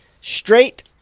straight